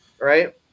right